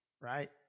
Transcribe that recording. right